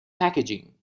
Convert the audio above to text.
packaging